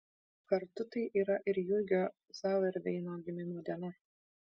kartu tai yra ir jurgio zauerveino gimimo diena